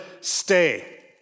stay